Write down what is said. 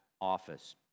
office